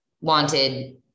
wanted